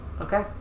Okay